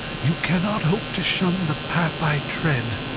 you cannot hope to shun the path i tread.